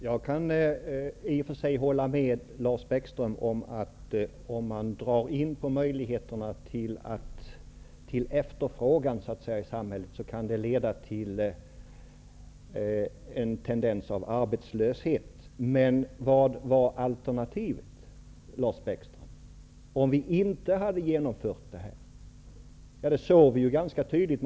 Herr talman! Jag kan i och för sig hålla med Lars Bäckström om att ifall man drar in på möjligheterna till efterfrågan i samhället, kan det ge en tendens till arbetslöshet. Men vad var alternativet, Lars Bäckström, om vi inte hade genomfört detta? Det såg vi ganska tydligt.